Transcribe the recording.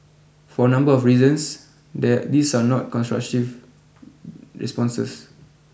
for a number of reasons there these are not constructive responses